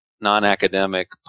non-academic